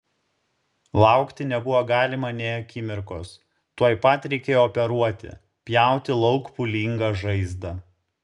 laukti nebuvo galima nė akimirkos tuoj pat reikėjo operuoti pjauti lauk pūlingą žaizdą